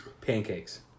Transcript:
Pancakes